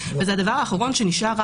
וזה הדבר האחרון שנשאר,